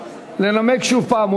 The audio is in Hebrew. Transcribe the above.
לנמק שוב הפעם,